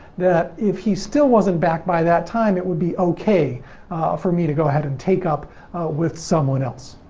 that if he still wasn't back by that time, it would be okay for me to go ahead and take up with someone else.